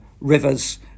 rivers